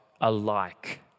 alike